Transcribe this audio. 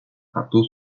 hartu